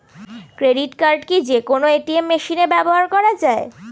Credit card কি যে কোনো এ.টি.এম মেশিনে ব্যবহার করা য়ায়?